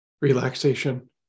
relaxation